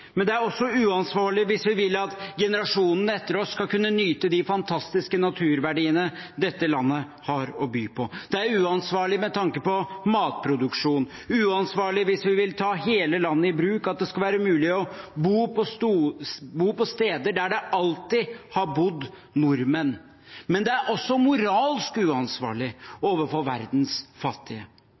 men det er også uansvarlig hvis vi vil at generasjonene etter oss skal kunne nyte de fantastiske naturverdiene dette landet har å by på. Det er uansvarlig med tanke på matproduksjon, uansvarlig hvis vi vil ta hele landet i bruk og det skal være mulig å bo på steder hvor det alltid har bodd nordmenn. Men det er også moralsk uansvarlig overfor verdens fattige.